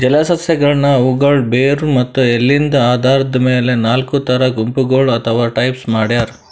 ಜಲಸಸ್ಯಗಳನ್ನ್ ಅವುಗಳ್ ಬೇರ್ ಮತ್ತ್ ಎಲಿದ್ ಆಧಾರದ್ ಮೆಲ್ ನಾಲ್ಕ್ ಥರಾ ಗುಂಪಗೋಳ್ ಅಥವಾ ಟೈಪ್ಸ್ ಮಾಡ್ಯಾರ